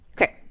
okay